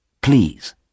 please